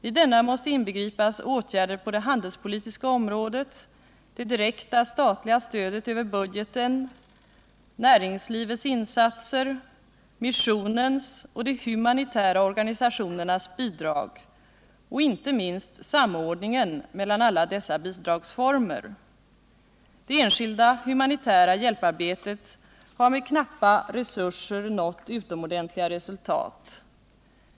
I denna måste inbegripas åtgärder på det handelspolitiska området, det direkta statliga stödet över budgeten, näringslivets insatser, missionens och de humanitära organisationernas bidrag och inte minst samordningen mellan alla dessa bidragsformer. Det enskilda humanitära hjälparbetet har med knappa resurser nått utomordentliga resultat.